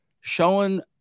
showing